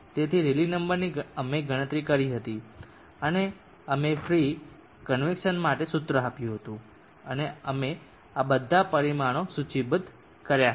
તેથી રેલી નંબરની અમે ગણતરી કરી હતી અમે ફ્રી કન્વેકસન માટે સૂત્ર આપ્યું હતું અને અમે આ બધા પરિમાણો સૂચિબદ્ધ કર્યા હતા તે કેવું છે